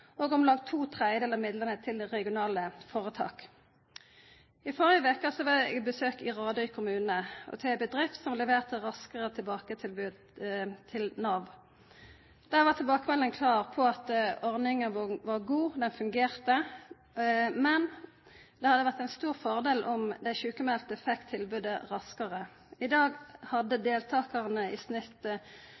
og velferdsetaten og om lag to tredjedeler av midlene til regionale foretak. I forrige uke var jeg på besøk i en bedrift i Radøy kommune som leverte Raskere tilbake-tilbud til Nav. Der var tilbakemeldingen klar på at ordningen var god, den fungerte, men det hadde vært en stor fordel om de sykmeldte fikk tilbudet raskere. I dag hadde deltakerne i snitt